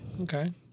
Okay